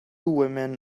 women